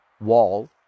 wall